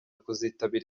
kuzitabira